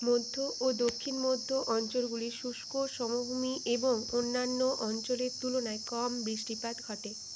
মধ্য ও দক্ষিণ মধ্য অঞ্চলগুলির শুষ্ক সমভূমি এবং অন্যান্য অঞ্চলের তুলনায় কম বৃষ্টিপাত ঘটে